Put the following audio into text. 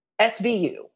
SVU